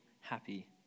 happy